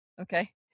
okay